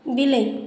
ବିଲେଇ